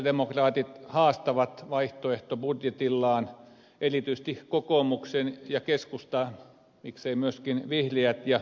sosialidemokraatit haastavat vaihtoehtobudjetillaan erityisesti kokoomuksen ja keskustan miksei myöskin vihreät ja rkpn